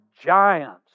giants